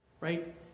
right